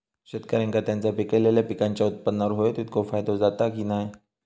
शेतकऱ्यांका त्यांचा पिकयलेल्या पीकांच्या उत्पन्नार होयो तितको फायदो जाता काय की नाय?